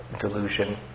delusion